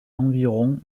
environ